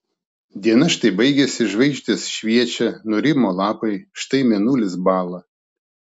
diena štai baigėsi žvaigždės šviečia nurimo lapai štai mėnulis bąla